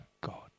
God